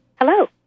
Hello